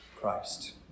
Christ